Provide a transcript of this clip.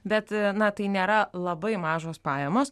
bet na tai nėra labai mažos pajamos